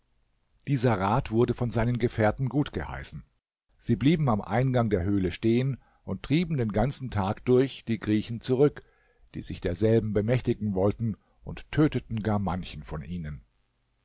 dieser rat wurde von seinen gefährten gutgeheißen sie blieben am eingang der höhle stehen und trieben den ganzen tag durch die griechen zurück die sich derselben bemächtigen wollten und töteten gar manchen von ihnen